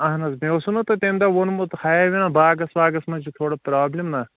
اَہَن حظ مےٚ اوسوٗ نہ تۄہہِ تَمہِ دۄہ ووٚنمُت باغس واغس منٛز چھُ تھوڑا پرٛابلِم نہ